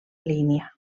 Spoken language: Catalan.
línia